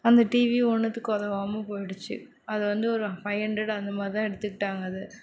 அந்த டிவியும் ஒன்றுத்துக்கும் உதவாம போய்கிடுச்சு அது வந்து ஒரு ஃபைவ் ஹண்ட்ரெட் அந்த மாதிரி தான் எடுத்துகிட்டாங்க அது